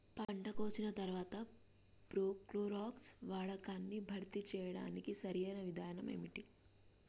పంట కోసిన తర్వాత ప్రోక్లోరాక్స్ వాడకాన్ని భర్తీ చేయడానికి సరియైన విధానం ఏమిటి?